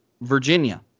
Virginia